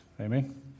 Amen